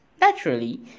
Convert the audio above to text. Naturally